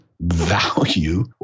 value